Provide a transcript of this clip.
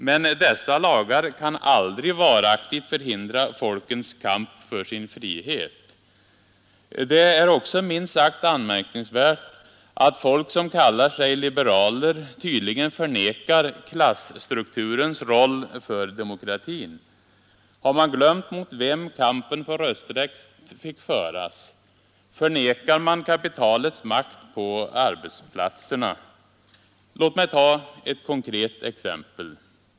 Men des varaktigt förhindra folkens kamp för sin frihet. Det är också minst sagt anmärkningsvärt att folk som kallar sig lagar kan aldrig liberaler tydligen förnekar klasstrukturens roll för demokratin. Har man glömt mot vem kampen för rösträtt fick föras? Förnekar man kapitalets makt på arbetsplatserna? Låt mig ta ett konkret exempel.